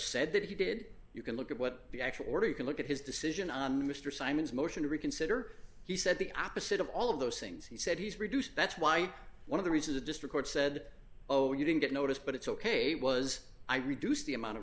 said that he did you can look at what the actual order you can look at his decision on mr simon's motion to reconsider he said the opposite of all of those things he said he's reduced that's why one of the reasons the district said oh you didn't get notice but it's ok was i reduced the amount of